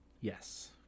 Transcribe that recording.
yes